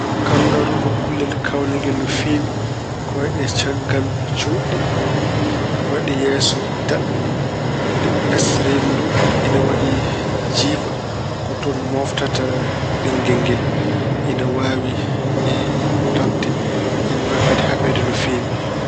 Kanguru ko kullel kaawningel no feewi, kooyɗe caggal juutɗe, kooyɗe yeeso daɓɓe. Les reendu ndu ine waɗi jiida. Ko toon mooftata ɓinngel ngel. Ina waawi dogde. Ina waawi kadi haɓeede no feewi.